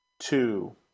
two